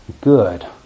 good